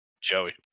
Joey